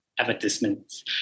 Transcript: advertisements